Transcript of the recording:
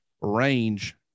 range